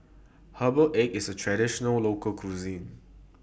Herbal Egg IS A Traditional Local Cuisine